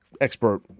expert